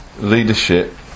leadership